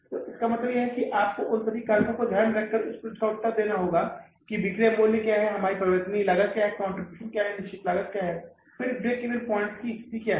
तो इसका मतलब है कि आपको उन सभी कारकों को ध्यान में रखते हुए उस प्रश्न का उत्तर देना होगा विक्रय मूल्य क्या है हमारी परिवर्तनीय लागत क्या है कंट्रीब्यूशन क्या है निश्चित लागत क्या है और फिर उस BEP की स्थिति क्या है